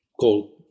called